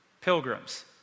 pilgrims